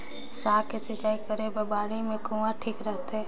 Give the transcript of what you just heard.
साग के सिंचाई करे बर बाड़ी मे कुआँ ठीक रहथे?